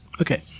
Okay